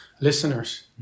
listeners